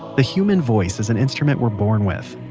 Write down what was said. the human voice is an instrument we're born with.